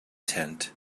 tent